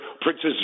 Princess